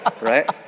Right